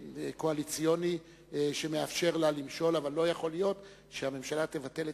חלילה, לא נבטל את